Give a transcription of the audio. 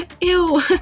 Ew